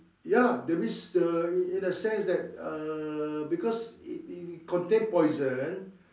ya that means the in the sense that err because it it contain poison